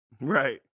Right